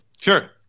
Sure